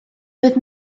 doedd